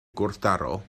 gwrthdaro